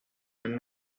and